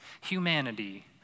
humanity